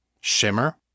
Shimmer